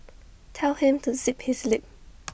tell him to zip his lip